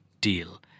deal